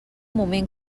moment